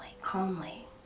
calmly